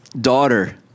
daughter